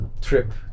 trip